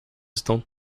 estão